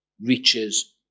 reaches